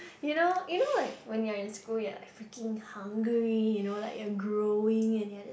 you know you know like when you are in school you are freaking hungry you know like you growing and you are just